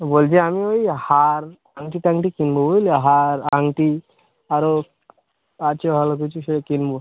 তো বলছি আমি ওই হার আংটি টাংটি কিনবো বুঝলে হার আংটি আরও আছে ভালো কিছু সে কিনবো